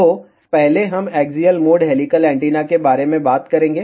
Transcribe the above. तो पहले हम एक्सियल मोड हेलिकल एंटीना के बारे में बात करेंगे